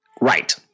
Right